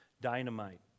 dynamite